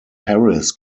harris